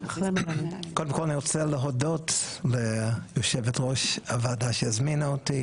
קודם כל אני רוצה להודות ליושבת ראש הוועדה שהזמינה אותי